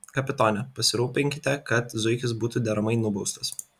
kapitone pasirūpinkite kad zuikis būtų deramai nubaustas